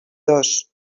dos